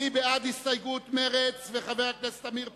מי בעד הסתייגות מרצ וחבר הכנסת עמיר פרץ?